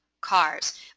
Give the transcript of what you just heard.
cars